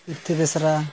ᱵᱮᱥᱨᱟ